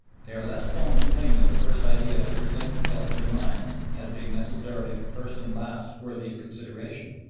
they are less prone to cling to the first idea that presents itself to their minds as being necessarily the first and last worthy of consideration,